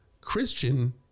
Christian